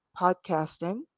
podcasting